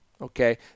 Okay